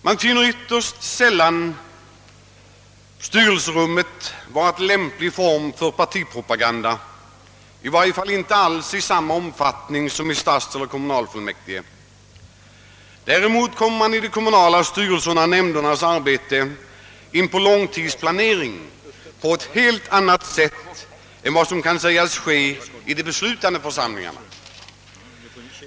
Man finner ytterst sällan styrelseeller nämndrummet vara ett lämpligt forum för partipropaganda, i varje fall inte alls av samma omfattning som i stadseller kommunalfullmäktige. Däremot kommer man vid de kommunala styrelsernas och nämndernas arbete in på långtidsplanering på ett helt annat sätt än i den beslutande församlingen.